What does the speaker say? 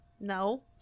no